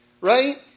right